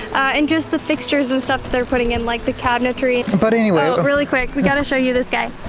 and just the fixtures and stuff that. they're putting in like the cabinetry. but anyway. really quick we got to show you this guy.